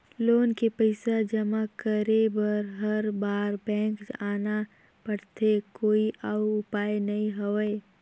Loan के पईसा जमा करे बर हर बार बैंक आना पड़थे कोई अउ उपाय नइ हवय?